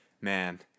man